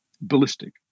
ballistic